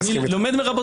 אני אסכים איתך.